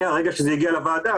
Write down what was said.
מהרגע שהזה הגיע לוועדה,